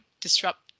disrupt